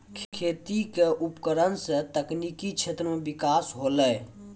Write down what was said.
खेती क उपकरण सें तकनीकी क्षेत्र में बिकास होलय